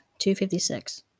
256